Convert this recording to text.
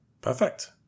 Perfect